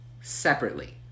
separately